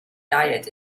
diet